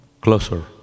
closer